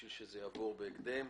בשביל שזה יעבור בהקדם.